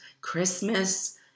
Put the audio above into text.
Christmas